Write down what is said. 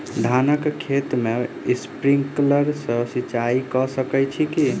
धानक खेत मे स्प्रिंकलर सँ सिंचाईं कऽ सकैत छी की?